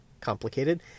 complicated